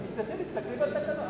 תסלחי לי, תסתכלי בתקנון.